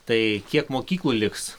tai kiek mokyklų liks